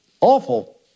awful